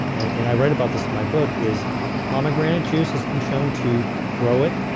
and i write about this in my book, is pomegranate juice has been shown to grow it,